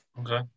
Okay